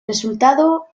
resultado